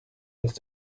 used